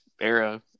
era